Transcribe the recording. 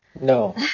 no